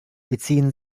beziehen